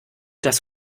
das